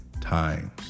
times